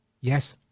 yes